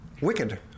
wicked